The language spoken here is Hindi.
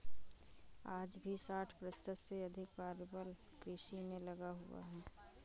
आज भी साठ प्रतिशत से अधिक कार्यबल कृषि में लगा हुआ है